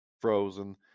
frozen